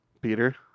Peter